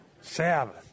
Sabbath